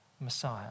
Messiah